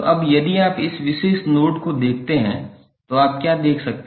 तो अब यदि आप इस विशेष नोड को देखते हैं तो आप क्या देख सकते हैं